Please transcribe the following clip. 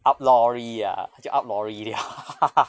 outlawry ah 就 outlawry liao